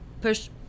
push